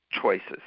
choices